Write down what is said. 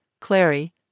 Clary